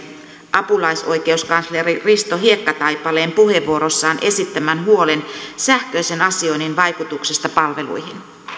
apulaisoikeuskansleri risto hiekkataipaleen puheenvuorossaan esittämän huolen sähköisen asioinnin vaikutuksista palveluihin